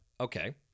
okay